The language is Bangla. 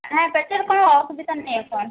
হ্যাঁ কোনও অসুবিধা নেই এখন